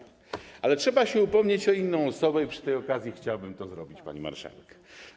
Ale trzeba się upomnieć o inną osobę i przy tej okazji chciałbym to zrobić, pani marszałek.